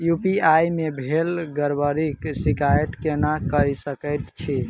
UPI मे भेल गड़बड़ीक शिकायत केना कऽ सकैत छी?